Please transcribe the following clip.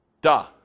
Duh